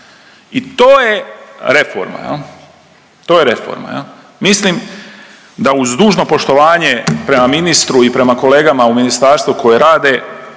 to je reforma jel. Mislim da uz dužno poštovanje prema ministru i prema kolegama u ministarstvu koji rade